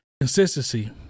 Consistency